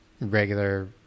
regular